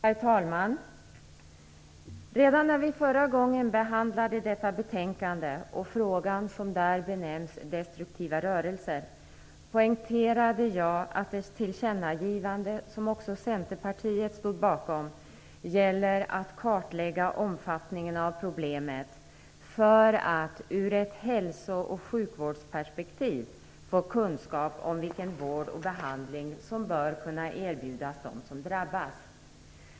Fru talman! Redan när vi förra gången behandlade detta betänkande och frågan som där benämns destruktiva rörelser poängterade jag att ett tillkännagivande som också Centerpartiet stod bakom gäller att kartlägga omfattningen av problemet för att ur ett hälso och sjukvårdsperspektiv få kunskap om vilken vård och behandling som bör kunna erbjudas de som drabbas.